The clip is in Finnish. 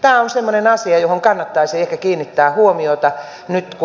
tämä on semmoinen asia johon kannattaisi ehkä kiinnittää huomiota nyt